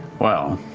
well